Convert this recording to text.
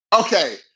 Okay